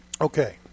Okay